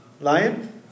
Lion